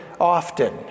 often